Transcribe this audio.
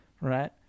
right